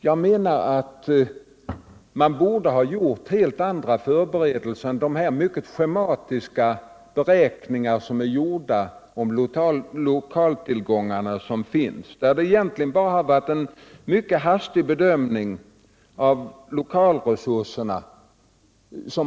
Jag menar att man borde ha gjort helt andra förberedelser än de mycket schematiska beräkningar som är gjorda om de lokaltillgångar som finns. Man har egentligen bara gjort en mycket hastig bedömning av lokalresurserna.